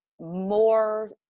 more